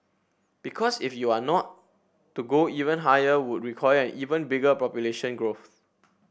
because if you are not to go even higher would require an even bigger population growth